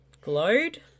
Glowed